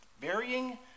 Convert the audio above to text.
varying